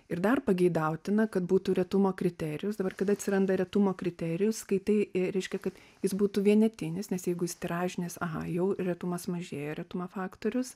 ir dar pageidautina kad būtų retumo kriterijus dabar kada atsiranda retumo kriterijus kai tai reiškia kad jis būtų vienetinis nes jeigu jis tiražinės jau retumas mažėja retumo faktorius